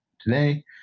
today